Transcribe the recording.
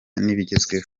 n’ibigezweho